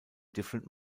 different